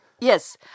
Yes